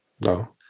No